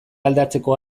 aldatzeko